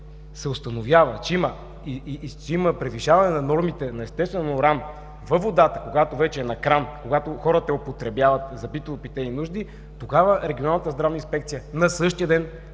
се установява, че има превишаване на нормите на естествен уран във водата, когато вече е на кран, когато хората я употребяват за битово-питейни нужди, тогава Регионалната здравна инспекция, на същия ден,